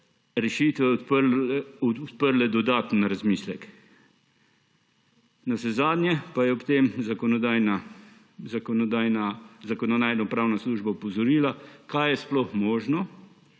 rešitve odprle dodaten razmislek. Navsezadnje pa je ob tem Zakonodajno-pravna služba opozorila, kaj je sploh možno